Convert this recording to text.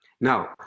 Now